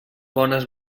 bones